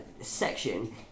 section